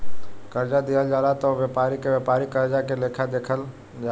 कर्जा दिहल जाला त ओह व्यापारी के व्यापारिक कर्जा के लेखा देखल जाला